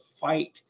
fight